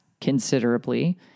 considerably